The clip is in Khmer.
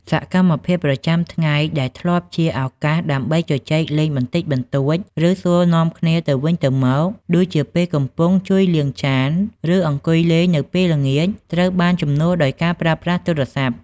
សកម្មភាពប្រចាំថ្ងៃដែលធ្លាប់ជាឱកាសដើម្បីជជែកលេងបន្តិចបន្តួច ឬសួរនាំគ្នាទៅវិញទៅមក ដូចជាពេលកំពុងជួយលាងចាន ឬអង្គុយលេងនៅពេលល្ងាច ត្រូវបានជំនួសដោយការប្រើប្រាស់ទូរស័ព្ទ។